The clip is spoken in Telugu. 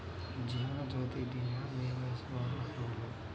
జీవనజ్యోతి భీమా ఏ వయస్సు వారు అర్హులు?